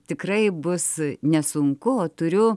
tikrai bus nesunku o turiu